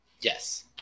Yes